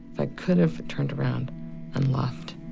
i could have turned around and left,